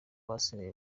basigaye